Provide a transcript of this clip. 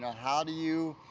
how do you,